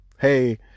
hey